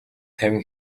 тавин